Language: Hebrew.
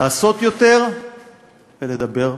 לעשות יותר ולדבר פחות,